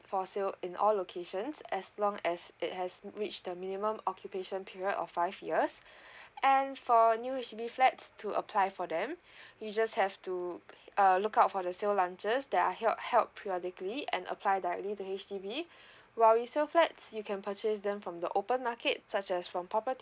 for sale in all locations as long as it has reached the minimum occupation period of five years and for new H_D_B flats to apply for them you just have to err look out for the sale launches they are hel~ held periodically and apply directly to H_D_B while resale flats you can purchase them from the open market such as from property